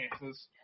chances